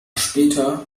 später